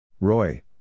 Roy